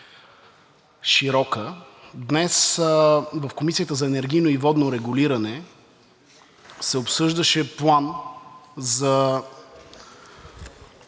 днес в Комисията за енергийно и водно регулиране се обсъждаше план за